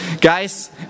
guys